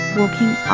walking